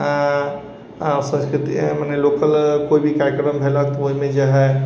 संस्कृति मने लोकल कोइ भी कार्यक्रम होलै तऽ ओहिमे जे है